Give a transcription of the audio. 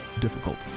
difficult